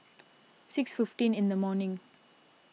six fifteen in the morning